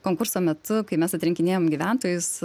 konkurso metu kai mes atsirinkinėjom gyventojus